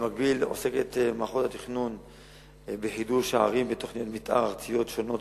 במקביל עוסק מכון התכנון בחידוש הערים בתוכניות מיתאר ארציות שונות,